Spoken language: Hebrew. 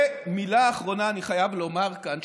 ומילה אחרונה אני חייב לומר כאן.